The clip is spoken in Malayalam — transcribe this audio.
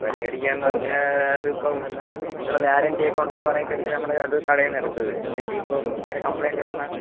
പരിഹരിക്കാമെന്ന് പറഞ്ഞാൽ അതിപ്പം നിങ്ങൾ വാറണ്ടി ഒക്കെ ഉണ്ടെന്ന് പറഞ്ഞിട്ടല്ലേ നമ്മൾ അത് കടയിൽ നിന്ന് എടുത്തത് എന്നിട്ടിപ്പം ഇങ്ങനെ കംപ്ലെയിൻറ് വന്നാൽ